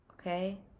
okay